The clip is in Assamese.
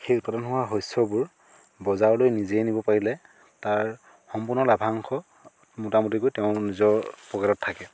সেই উৎপাদন হোৱা শস্যবোৰ বজাৰলৈ নিজেই নিব পাৰিলে তাৰ সম্পূৰ্ণ লাভাংশ মোটা মুটিকৈ তেওঁ নিজৰ পকেটত থাকে